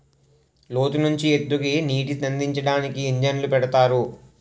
లోతు నుంచి ఎత్తుకి నీటినందించడానికి ఇంజన్లు పెడతారు